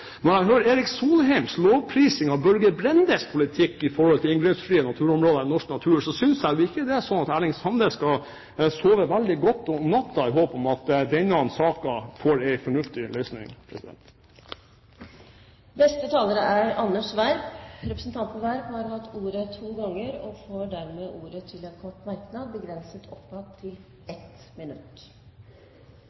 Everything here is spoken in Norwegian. Når jeg hører Erik Solheims lovprising av Børge Brendes politikk med hensyn til inngrepsfrie naturområder i norsk natur, virker det som at Erling Sande skal sove veldig godt om natten i håp om at denne saken får en fornuftig løsning. Anders B. Werp har hatt ordet to ganger og får ordet til en kort merknad, begrenset til